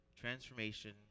transformation